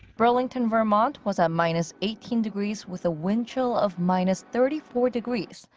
burlington, vermont was at minus eighteen degrees with a wind chill of minus thirty four degrees,